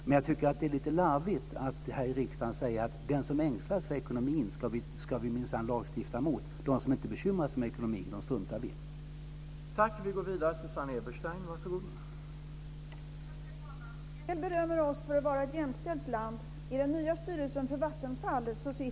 Men jag tycker att det är lite larvigt att här i riksdagen säga att den som ängslas för ekonomin ska vi minsann lagstifta mot, de som inte bekymrar sig om ekonomin struntar vi i.